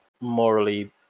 morally